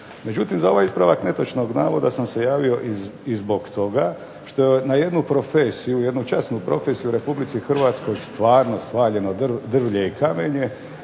Međutim za ovaj ispravak netočnog navoda sam se javio i zbog toga što na jednu profesiju, jednu časnu profesiju u Republici Hrvatskoj stvarno svaljeno drvlje i kamenje.